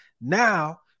Now